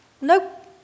Nope